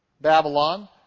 Babylon